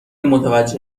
متوجه